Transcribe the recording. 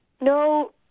no